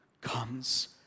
comes